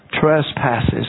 trespasses